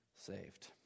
saved